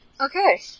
Okay